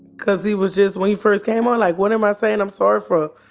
because he was just, when he first came on like, what am i saying i'm sorry for?